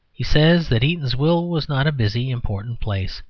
he says that eatanswill was not a busy, important place.